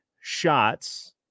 shots